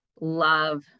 love